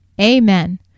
Amen